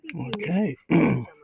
Okay